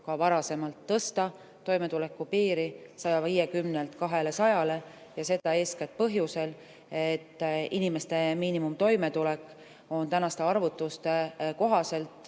juba varem tõsta toimetulekupiiri 150‑lt 200‑le. Seda eeskätt põhjusel, et inimeste miinimumtoimetulek on tänaste arvutuste kohaselt